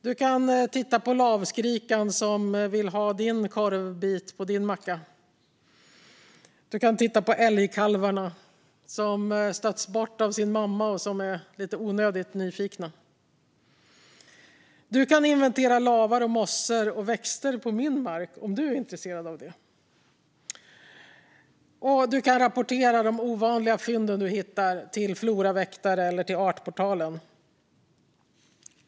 Du kan titta på lavskrikan som vill ha korvbiten på din macka. Du kan titta på älgkalvarna som stötts bort av sin mamma och som är lite onödigt nyfikna. Du kan inventera lavar, mossor och växter på min mark om du är intresserad av det. Du kan rapportera de ovanliga fynd du gör till floraväktare eller till Artportalen.